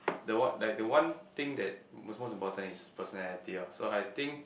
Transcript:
the what like the one thing that was most important is personality orh so I think